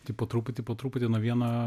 taip po truputį po truputį nuo vieno